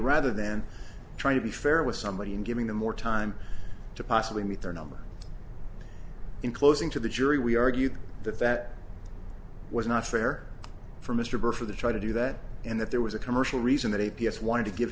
rather than trying to be fair with somebody and giving them more time to possibly meet their numbers in closing to the jury we argued that that was not fair for mr burke for the try to do that and that there was a commercial reason that a p s wanted to give